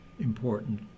important